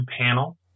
panel